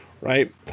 right